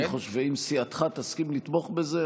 ואם סיעתך תסכים לתמוך בזה,